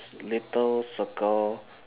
little circle